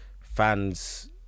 Fans